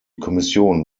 kommission